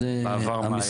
בעבר מה היה?